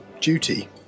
duty